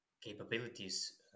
capabilities